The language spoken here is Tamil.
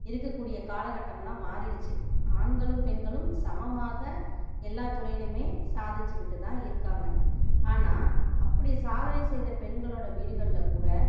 இருக்க கூடிய கால கட்டம்லாம் மாறிடிச்சு ஆண்களும் பெண்களும் சமமாக எல்லா துறையிலையுமே சாதித்திகிட்டு தான் இருக்காங்க ஆனால் அப்படி சாதனை செய்த பெண்களோடய வீடுகளில் கூட